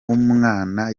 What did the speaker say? w’umwana